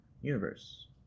universe